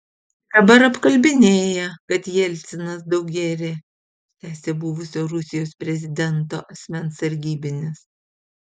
dabar apkalbinėja kad jelcinas daug gėrė tęsė buvusio rusijos prezidento asmens sargybinis